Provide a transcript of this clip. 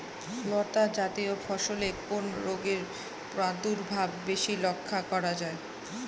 লতাজাতীয় ফসলে কোন রোগের প্রাদুর্ভাব বেশি লক্ষ্য করা যায়?